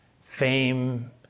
fame